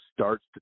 starts